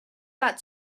that